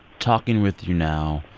talking with you now,